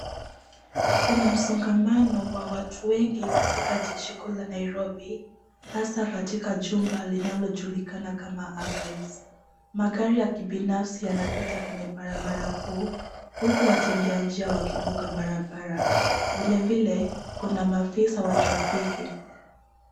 Kuna msongamano wa watu wengi katika jiji kuu la Nairobi hasa katika jumba linalojulikana kama Archives. Magari ya kibinafsi yanapita kwenye barabara kuu, huku watembea njia wakivuka barabara. Vilevile kuna maafisa wa trafiki.